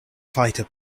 fighter